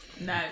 No